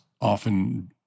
often